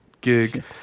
gig